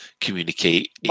communicate